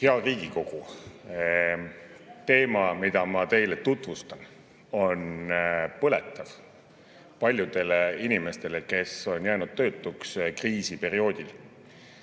Hea Riigikogu! Teema, mida ma teile tutvustan, on põletav paljudele inimestele, kes on jäänud töötuks kriisiperioodil.